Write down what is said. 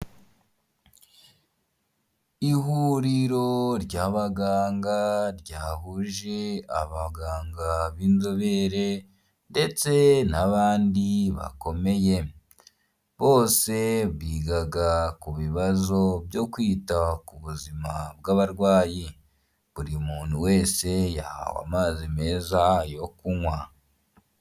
Ihuriro ry'abaganga ryahuje abaganga b'inzobere, ndetse n'abandi bakomeye, bose bigaga ku bibazo, byo kwita ku buzima bw'abarwayi, buri muntu wese yahawe amazi meza yo kunywa.